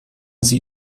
sie